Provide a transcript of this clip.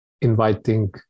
inviting